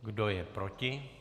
Kdo je proti?